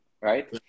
right